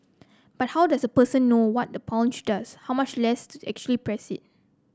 but how does a person know what the plunger does how much less to actually press it